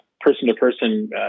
person-to-person